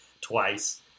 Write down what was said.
twice